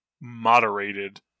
moderated